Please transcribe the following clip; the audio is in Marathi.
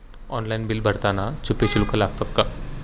ऑनलाइन बिल भरताना छुपे शुल्क लागतात का?